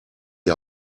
die